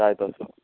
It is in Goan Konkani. जाय तसो